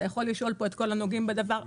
אתה יכול לשאול פה את כל הנוגעים בדבר,